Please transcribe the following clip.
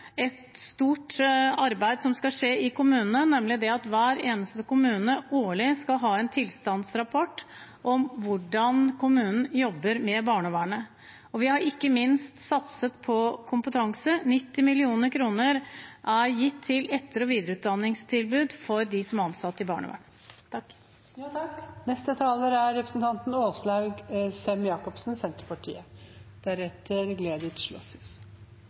skal skje i kommunene, nemlig at hver eneste kommune årlig skal ha en tilstandsrapport om hvordan kommunen jobber med barnevernet. Vi har ikke minst satset på kompetanse. 90 mill. kr er gitt til etter- og videreutdanningstilbud for dem som er ansatt i barnevernet. Jeg vil takke komiteen for et godt og konstruktivt arbeid i forbindelse med representantforslaget vårt. Jeg vet at alle partier er